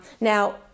Now